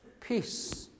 Peace